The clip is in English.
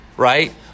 Right